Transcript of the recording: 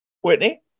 Whitney